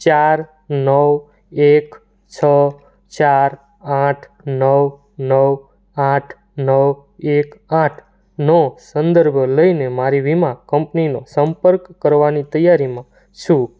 ચાર નવ એક છ ચાર આઠ નવ નવ આઠ નવ એક આઠ નો સંદર્ભ લઈને મારી વીમા કંપનીનો સંપર્ક કરવાની તૈયારીમાં છું